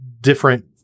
different